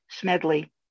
Smedley